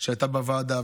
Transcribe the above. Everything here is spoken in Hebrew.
שהייתה בוועדה,